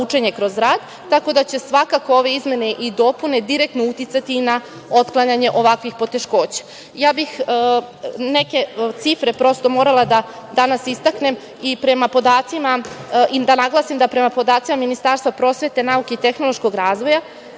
učenje kroz rad, tako da će svakako ove izmene i dopune i direktno uticati na otklanjanje ovakvih poteškoća. Morala bih neke cifre danas da istaknem i da naglasim da prema podacima Ministarstva prosvete, nauke i tehnološkog razvoja,